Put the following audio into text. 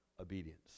obedience